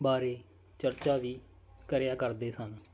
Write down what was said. ਬਾਰੇ ਚਰਚਾ ਵੀ ਕਰਿਆ ਕਰਦੇ ਸਨ